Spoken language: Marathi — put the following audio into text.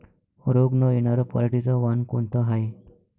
रोग न येनार पराटीचं वान कोनतं हाये?